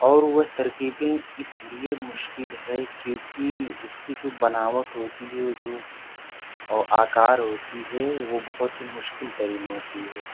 اور وہ ترکیبیں اس لیے مشکل ہے کیونکہ اس کی جو بناوٹ ہوتی ہے جو او آکار ہوتی ہے وہ بہت ہی مشکل ترین ہوتی ہے